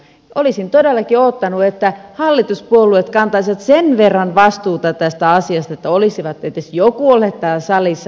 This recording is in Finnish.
olisin todellakin odottanut että hallituspuolueet kantaisivat sen verran vastuuta tästä asiasta että olisi edes joku ollut täällä salissa paikalla